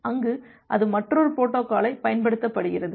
எனவே அங்கு அது மற்றொரு பொரோட்டோகாலைப் பயன்படுத்துகிறது